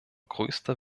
größter